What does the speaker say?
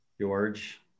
George